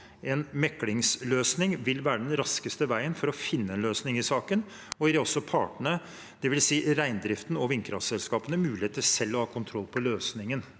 En meklingsløsning vil være den raskeste veien for å finne en løsning i saken og gir også partene – dvs. reindriften og vindkraftselskapene – mulighet til selv å ha kontroll på løsningen